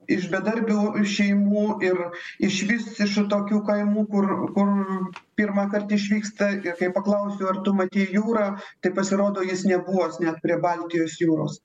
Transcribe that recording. iš bedarbių šeimų ir iš vis iš atokių kaimų kur kur pirmąkart išvyksta ir kai paklausiu ar tu matei jūrą tai pasirodo jis nebuvęs net prie baltijos jūros